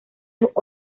sus